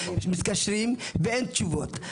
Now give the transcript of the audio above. מתקשרים ואין תשובות.